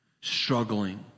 struggling